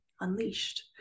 unleashed